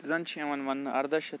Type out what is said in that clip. زَن چھِ یِوان وَننہٕ اردہ شیٚتھ